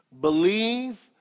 believe